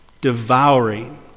devouring